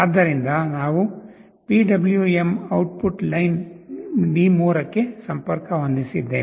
ಆದ್ದರಿಂದ ನಾವು PWM output line D3 ಗೆ ಸಂಪರ್ಕ ಹೊಂದಿಸಿದ್ದೇವೆ